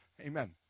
Amen